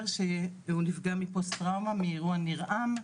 שהוא נפגע מפוסט טראומה מאירוע ניר עם,